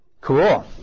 Cool